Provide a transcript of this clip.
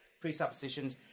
presuppositions